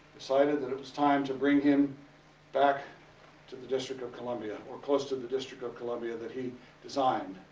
decided that it was time to bring him back to the district of columbia, or close to the district of columbia that he designed.